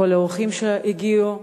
כל האורחים שהגיעו,